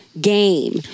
game